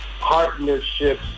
partnerships